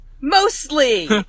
Mostly